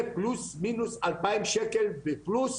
זה פלוס מינוס אלפיים שקל בפלוס,